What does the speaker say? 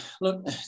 look